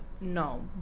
no